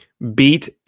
Beat